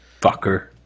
fucker